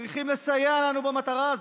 צריכים לסייע לנו במטרה הזאת.